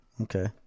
okay